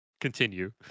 continue